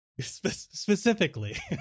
Specifically